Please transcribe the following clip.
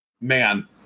man